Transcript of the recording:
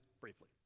briefly